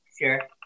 Sure